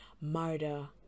murder